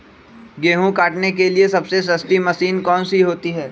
गेंहू काटने के लिए सबसे सस्ती मशीन कौन सी होती है?